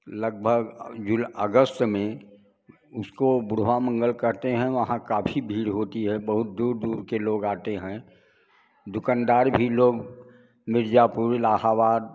लगभग जुल अगस्त में उसको बुढ़वा मंगल कहते हैं वहाँ काफ़ी भीड़ होती है बहुत दूर दूर के लोग आते हैं दुकानदार भी लोग मिर्ज़ापुर इलाहाबाद